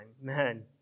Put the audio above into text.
Man